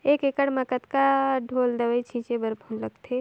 एक एकड़ म कतका ढोल दवई छीचे बर लगथे?